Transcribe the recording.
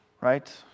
right